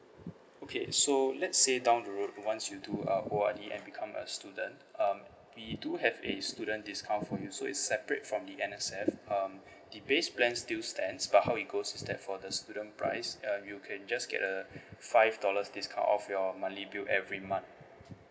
okay so let's say down the road once you do uh O_R_D and become a student um we do have a student discount for you so it's separate from the N_S_F um the base plan still stands but how it goes is that for the student price uh you can just get a five dollars discount off your monthly bill every month